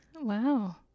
wow